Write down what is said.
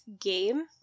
game